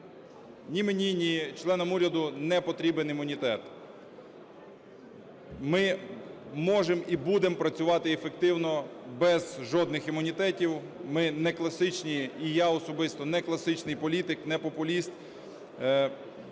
Ні мені, ні членам уряду не потрібен імунітет. Ми можемо і будемо працювати ефективно без жодних імунітетів. Ми некласичні, і я особисто некласичний політик, не популіст,